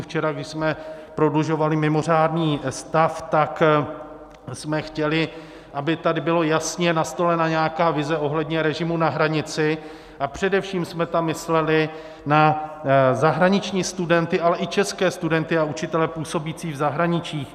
Včera, když jsme prodlužovali mimořádný stav, tak jsme chtěli, aby tady byla jasně nastolena nějaká vize ohledně režimu na hranici, a především jsme tam mysleli na zahraniční studenty, ale i české studenty a učitele působící v zahraničí.